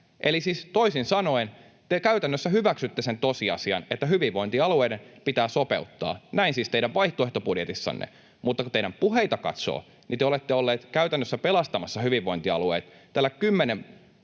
Eli siis toisin sanoen te käytännössä hyväksytte sen tosiasian, että hyvinvointialueiden pitää sopeuttaa. Näin siis teidän vaihtoehtobudjetissanne. Mutta kun teidän puheitanne katsoo, niin te olette olleet käytännössä pelastamassa hyvinvointialueet tällä kymmenen